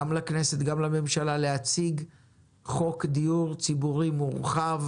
גם לכנסת וגם לממשלה, להציג חוק דיור ציבורי מורחב